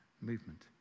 movement